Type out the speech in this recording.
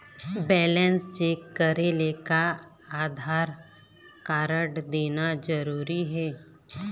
Balance check करेले का Aadhaar card देना जरूरी हे?